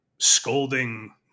scolding